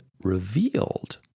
revealed